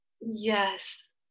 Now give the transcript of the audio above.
yes